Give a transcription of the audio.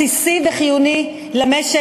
המים הם מוצר בסיסי וחיוני למשק,